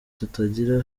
tutagira